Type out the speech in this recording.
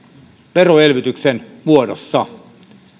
veroelvytyksen muodossa